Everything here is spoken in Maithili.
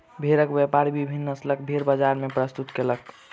भेड़क व्यापारी विभिन्न नस्लक भेड़ बजार मे प्रस्तुत कयलक